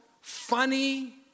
funny